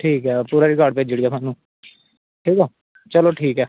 ठीक ऐ पूरा रिकॉर्ड भेजी ओड़गा थुहानू ठीक ऐ चलो ठीक ऐ